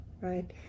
right